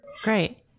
Great